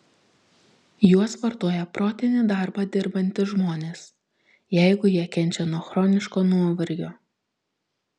juos vartoja protinį darbą dirbantys žmonės jeigu jie kenčia nuo chroniško nuovargio